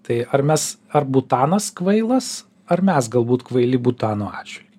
tai ar mes ar butanas kvailas ar mes galbūt kvaili butano atžvil